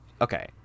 okay